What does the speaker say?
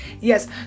Yes